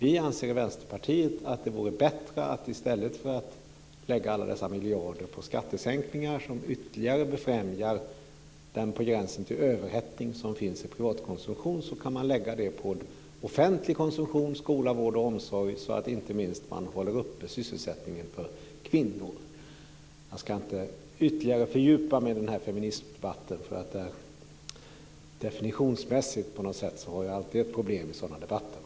I Vänsterpartiet anser vi att det vore bättre att lägga pengarna på offentlig konsumtion, skola, vård och omsorg, i stället för att lägga alla dessa miljarder på skattesänkningar som ytterligare främjar privatkonsumtionen, som är på gränsen till överhettning. Då skulle man hålla uppe sysselsättningen, inte minst för kvinnor. Jag ska inte fördjupa mig ytterligare i den här feminismdebatten, eftersom jag definitionsmässigt alltid har problem i sådana debatter.